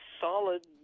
solid